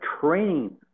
training